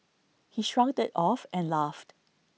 he shrugged IT off and laughed